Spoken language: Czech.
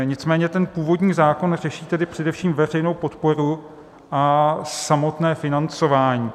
Nicméně ten původní zákon řeší tedy především veřejnou podporu a samotné financování.